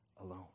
alone